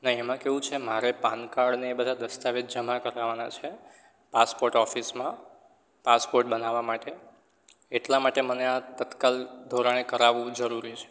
નહીં એમાં કેવું છે મારે પાનકાડ ને એ બધા દસ્તાવેજ જમા કરાવવાના છે પાસપોટ ઓફિસમાં પાસપોટ બનાવવા માટે એટલા માટે મને આ તત્કાલ ધોરણે કરાવવું જરૂરી છે